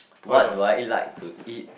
what do I like to eat